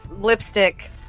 lipstick